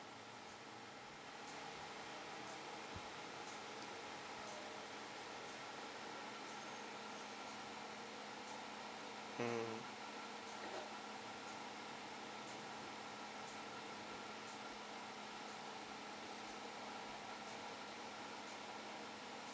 mm